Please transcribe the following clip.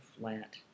flat